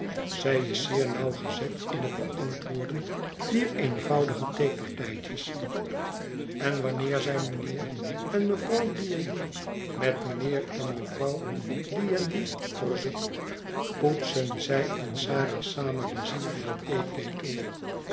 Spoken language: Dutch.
zij is zeer nauwgezet in het beantwoorden dier eenvoudige theepartijtjes en wanneer zij mijnheer en mevrouw dieendie met mijnheer en mevrouw dieendie verzoekt poetsen zij en sara samen den zilveren theeketel